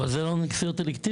אבל זה לא נסיעות אלקטיביות,